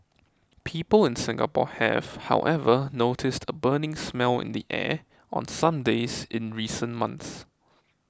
people in Singapore have however noticed a burning smell in the air on some days in recent months